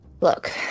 Look